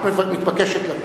את מתבקשת לקום.